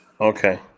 Okay